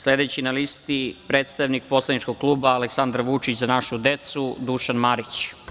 Sledeći na listi, predstavnik poslaničkog kluba Aleksandar Vučić – Za našu decu, Dušan Marić.